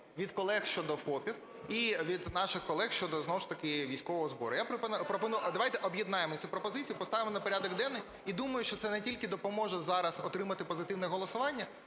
від колег щодо ФОПів і від наших колег щодо знову ж таки військового збору. Я пропоную, а давайте об'єднаємо цю пропозицію, поставимо на порядок денний і думаю, що це не тільки допоможе зараз отримати позитивне голосування,